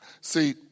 See